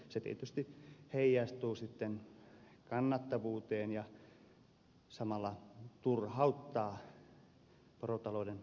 se tietysti heijastuu sitten kannattavuuteen ja samalla turhauttaa porotalouden harjoittajia